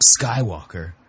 Skywalker